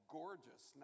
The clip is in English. gorgeous